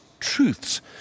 Truths